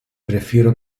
prefiero